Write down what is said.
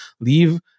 leave